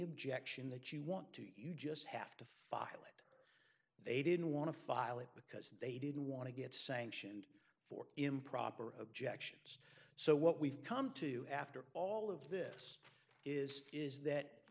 objection that you want to you just have to file it they didn't want to file it because they didn't want to get sanctioned for improper objections so what we've come to after all of this is is that